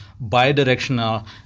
bi-directional